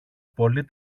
πολύ